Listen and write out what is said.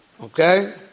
okay